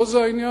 לא זה העניין,